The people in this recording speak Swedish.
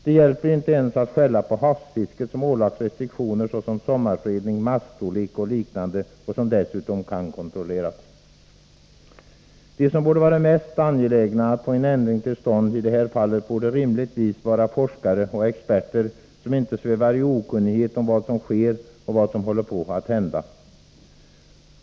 Det hjälper inte ens att skälla på havsfisket, som ålagts restriktioner såsom sommarfredning, maskstorlek och liknande och som dessutom kan kontrolleras. De som borde vara mest angelägna att få en ändring till stånd i det här fallet borde rimligtvis vara forskare och experter, som inte svävar i okunnighet om vad som sker och vad som håller på att hända.